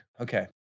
Okay